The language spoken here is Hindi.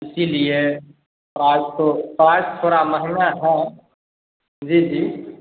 इसीलिए प्राइस तो प्राइस थोड़ा महँगा है जी जी